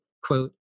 quote